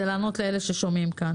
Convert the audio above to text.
זה לענות לאלה ששומעים אותנו.